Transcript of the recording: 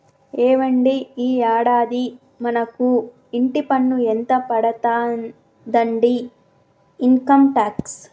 ఏవండి ఈ యాడాది మనకు ఇంటి పన్ను ఎంత పడతాదండి ఇన్కమ్ టాక్స్